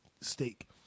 steak